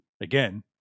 again